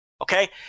okay